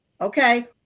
Okay